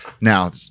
Now